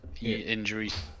Injuries